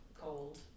cold